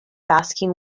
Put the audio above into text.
asking